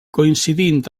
coincidint